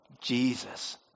Jesus